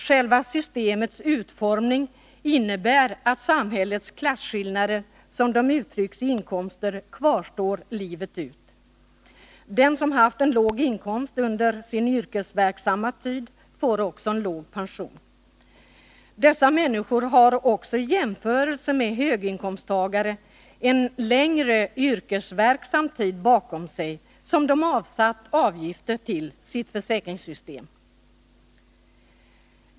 Själva systemets utformning innebär att samhällets klasskillnader, som de uttrycks i inkomster, kvarstår livet ut. Den som haft en låg inkomst under sin yrkesverksamma tid får också en låg pension. Dessa människor har även i jämförelse med höginkomsttagare en längre yrkesverksam tid bakom sig, då de avsatte avgifter till sitt försäkringssystem.